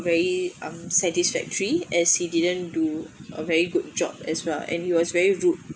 very mm satisfactory as he didn't do a very good job as well and he was very rude